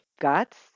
guts